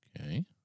okay